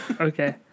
Okay